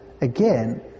again